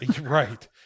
right